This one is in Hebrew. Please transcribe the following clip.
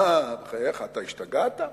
מה, בחייך, אתה השתגעת?